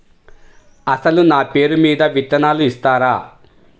అసలు నా పేరు మీద విత్తనాలు ఇస్తారా?